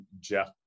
Jeff